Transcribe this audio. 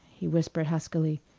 he whispered huskily.